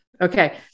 Okay